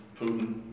Putin